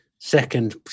Second